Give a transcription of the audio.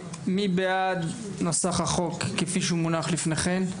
מי בעד נוסח החוק כפי שהוא מונח לפניכם?